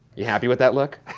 you happy with that look?